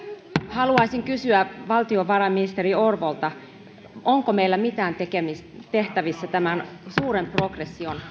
haluaisin kysyä valtiovarainministeri orpolta onko meillä mitään tehtävissä tämän suuren progression